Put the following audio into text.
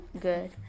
good